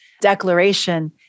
declaration